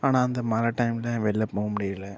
ஆனால் அந்த மழை டைமில் வெளில போக முடியல